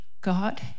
God